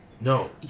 No